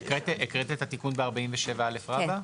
רגע, הקראת את התיקון ב-47א רבה?